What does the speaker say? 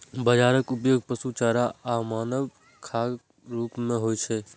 बाजराक उपयोग पशु चारा आ मानव खाद्यक रूप मे होइ छै